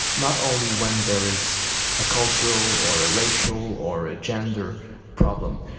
not only when there is a cultural or a racial or a gender problem,